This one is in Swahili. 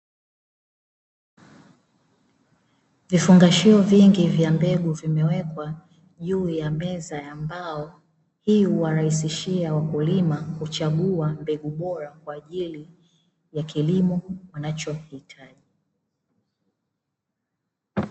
Vifungashio vingi vya mbegu vimewekwa juu ya meza ya mbao, hii huwarahisishia wakulima kuchagua mbegu bora kwa ajili ya kilimo wanachohitaji.